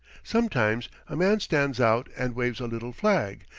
sometimes a man stands out and waves a little flag,